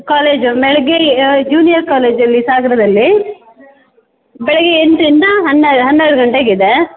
college ಬೆಳಗ್ಗೆ junior ಕಾಲೇಜಲ್ಲಿ ಸಾಗರದಲ್ಲಿ ಬೆಳಗ್ಗೆ ಎಂಟರಿಂದ ಹನ್ನೆರಡು ಹನ್ನೆರಡು ಗಂಟೆಗಿದೆ